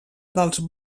dels